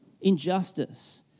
injustice